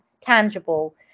tangible